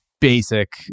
basic